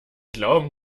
glauben